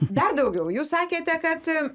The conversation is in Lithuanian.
dar daugiau jūs sakėte kad